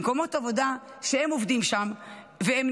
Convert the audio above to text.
יש מקומות עבודה שהם עובדים שם ונפגעו